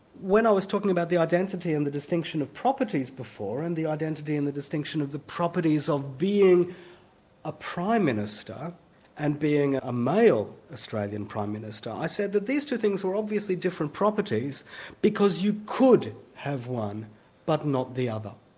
when i was talking about the identity and the distinction of properties before, and the identity and the distinction of the properties of being a prime minister and being a male australian prime minister, i said that these two things were obviously different properties because you could have one but not the other.